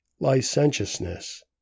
licentiousness